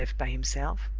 left by himself,